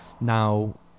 now